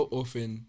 often